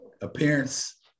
appearance